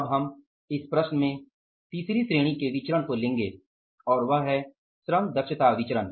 अब हम इस प्रश्न में तीसरी श्रेणी के विचरण को लेंगे और वह है श्रम दक्षता विचरण